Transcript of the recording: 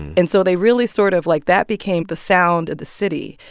and so they really sort of, like, that became the sound of the city.